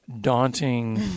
daunting